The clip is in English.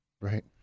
Right